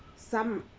some